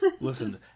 Listen